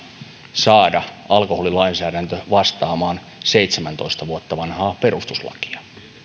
saada alkoholilainsäädäntö vastaamaan seitsemäntoista vuotta vanhaa perustuslakia